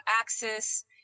access